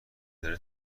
داره